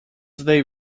they